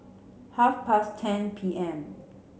half past ten P M